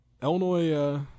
Illinois